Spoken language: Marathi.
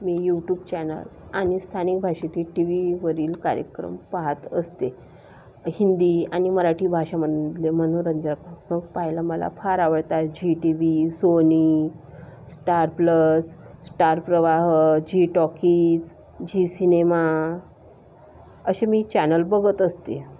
मी यूटूब चॅनल आणि स्थानिक भाषेतील टी व्हीवरील कार्यक्रम पाहत असते हिंदी आणि मराठी भाषेमधले मनोरंजनात्मक पाहायला मला फार आवडतात Zee TV Sony Star Plus Star Pravah Zee Talkies Zee Cinema असे मी चॅनल बघत असते